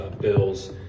bills